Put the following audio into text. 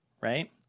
right